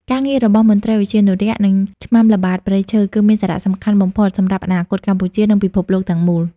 ការងាររបស់មន្ត្រីឧទ្យានុរក្ស និងឆ្មាំល្បាតព្រៃឈើ គឺមានសារៈសំខាន់បំផុតសម្រាប់អនាគតកម្ពុជា និងពិភពលោកទាំងមូល។